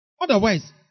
Otherwise